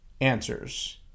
answers